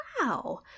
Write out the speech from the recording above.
wow